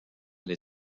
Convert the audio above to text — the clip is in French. les